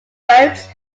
boats